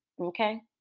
Okay